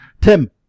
Tim